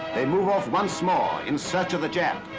they move off once more, in search of the jap.